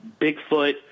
Bigfoot